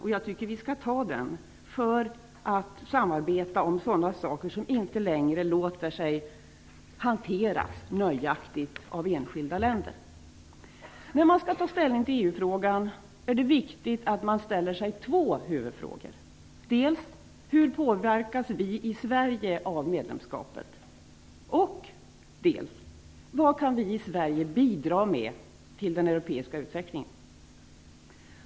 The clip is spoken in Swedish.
Och jag tycker att vi skall ta den för att samarbeta om sådana saker som inte längre låter sig hanteras nöjaktigt av enskilda länder. När man skall ta ställning till EU-frågan är det viktigt att man ställer sig två huvudfrågor. Hur påverkas vi i Sverige av medlemskapet? Vad kan vi i Sverige bidra med till den europeiska utvecklingen?